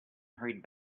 hurried